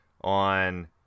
on